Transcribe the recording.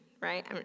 right